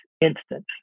instance